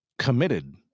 Committed